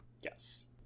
Yes